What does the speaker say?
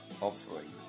offering